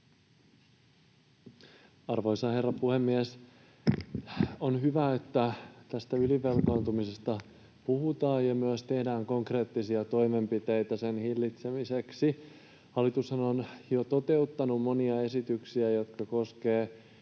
Arvoisa herra puhemies! On hyvä, että tästä ylivelkaantumisesta puhutaan ja myös tehdään konkreettisia toimenpiteitä sen hillitsemiseksi. Hallitushan on jo toteuttanut monia esityksiä, jotka koskevat